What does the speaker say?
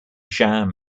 jean